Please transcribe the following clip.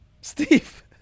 Steve